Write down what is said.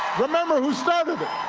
remember who started it.